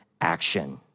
action